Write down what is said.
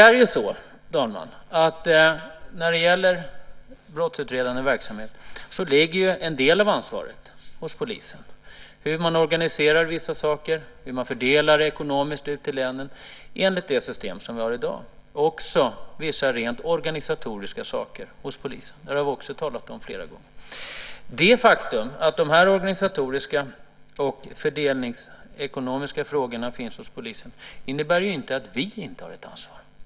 Fru talman! När det gäller brottsutredande verksamhet ligger en del av ansvaret hos polisen. Det handlar om hur man organiserar vissa saker och hur man fördelar det hela ekonomiskt ute i länen enligt det system som vi har i dag. Det gäller också vissa rent organisatoriska saker hos polisen. Det här har vi också talat om flera gånger. Det faktum att de organisatoriska och fördelningsekonomiska frågorna finns hos polisen innebär ju inte att vi inte har ett ansvar.